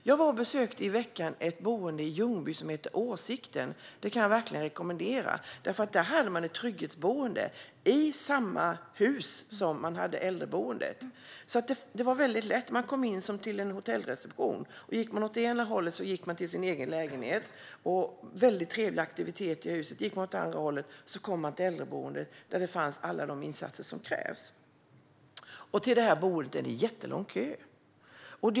Jag besökte i veckan ett boende i Ljungby som heter Åsikten. Jag kan verkligen rekommendera det. Där fanns ett trygghetsboende i samma hus som äldreboendet. Det var väldigt lätt. Man kom in som till en hotellreception. Om man gick åt ena hållet gick man till sin egen lägenhet - det fanns väldigt trevliga aktiviteter i huset. Om man i stället gick åt andra hållet kom man till äldreboendet, där det fanns alla insatser som krävs. Det är jättelång kö till detta boende.